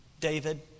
David